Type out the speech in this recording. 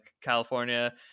California